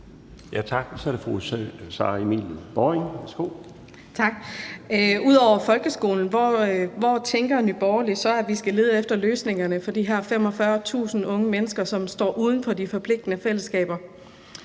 Ud over folkeskolen hvor tænker Nye Borgerlige så at vi skal lede efter løsningerne for de her 45.000 unge mennesker, som står uden for de forpligtende fællesskaber?